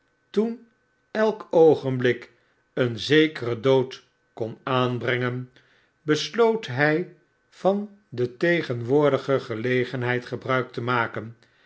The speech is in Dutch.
toen elk oogenblik een zekeren dood kon aanbrengen besloot hy van de tegenwoordige gelegenheid gebruik te maken